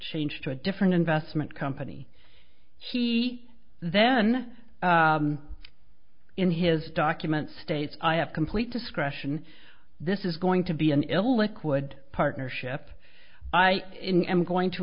changed to a different investment company he then in his document states i have complete discretion this is going to be an illiquid partnership i am going to